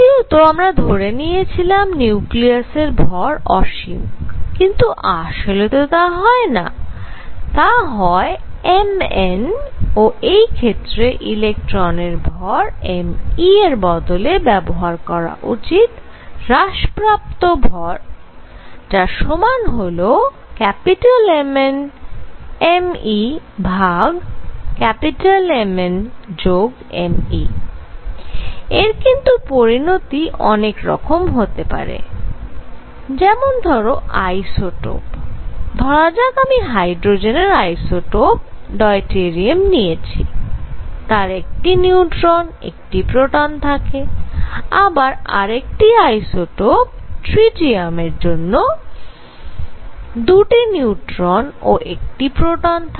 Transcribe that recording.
দ্বিতীয়ত আমরা ধরে নিয়েছিলাম নিউক্লিয়াসের ভর অসীম কিন্তু আসলে তো তা হয়না তা হয় Mn ও সেই ক্ষেত্রে ইলেকট্রনের ভর m e এর বদলে ব্যবহার করা উচিত হ্রাসপ্রাপ্ত ভর যার সমান হল Mn m e ভাগ Mn যোগ m e এর কিন্তু পরিণতি অনেক রকম হতে পারে যেমন ধরো আইসোটোপ ধরা যাক আমি হাইড্রোজেনের আইসোটোপ ডয়টেরিয়াম নিয়েছি তার একটি নিউট্রন ও একটি প্রোটন থাকে আবার আরেকটি আইসোটোপ ট্রিটিয়ামের থাকে 2টি নিউট্রন ও একটি প্রোটন